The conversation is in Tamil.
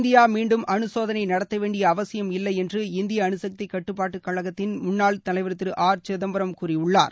இந்தியா மீன்டும் அனு சோதனை நடத்த வேண்டிய அவசியம் இல்லை என்று இந்திய அணுசக்தி கட்டுப்பாட்டு கழகத்தின் முன்னாள் தலைவர் திரு ஆர் சிதம்பரம் கூறியிருக்கிறார்